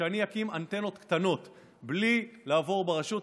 שאני אקים אנטנות קטנות בלי לעבור ברשות.